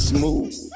Smooth